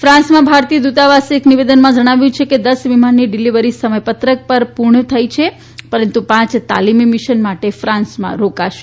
ફાન્સમાં ભારતીય દ્રતાવાસે એક નિવેદનમાં જણાવ્યું છે કે દસ વિમાનની ડિલિવરી સમયપત્રક પર પૂર્ણ થઈ ગઈ છે પરંતુ પાંચ તાલીમી મિશન માટે ફાન્સમાં રોકાશે